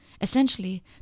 Essentially